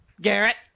Garrett